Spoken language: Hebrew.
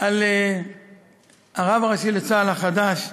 על הרב הראשי לצה"ל החדש,